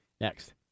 Next